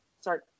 sorry